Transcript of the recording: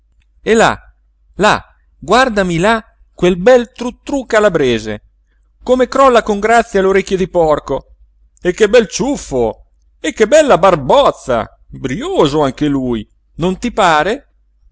e là là guardami là quel bel truttrú calabrese come crolla con grazia le orecchie di porco e che bel ciuffo e che bella barbozza brioso anche lui non ti pare